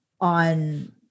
on